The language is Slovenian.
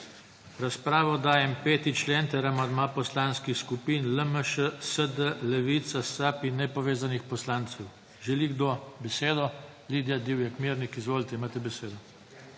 razpravo dajem 5. člen ter amandma poslanskih skupin LMŠ, SD, Levica, SAB in nepovezanih poslancev. Želi kdo besedo? Lidija Divjak Mirnik, izvolite. Imate besedo.